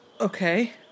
Okay